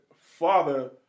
father